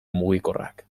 mugikorrak